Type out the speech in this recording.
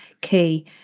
key